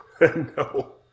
No